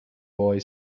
boy